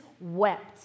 wept